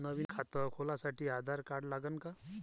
नवीन खात खोलासाठी आधार कार्ड लागन का?